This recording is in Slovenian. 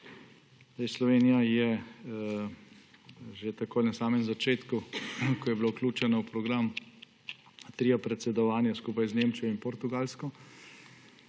tega. Slovenija je že takoj na začetku, ko je bila vključena v program trio predsedovanja skupaj z Nemčijo in Portugalsko,